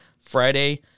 Friday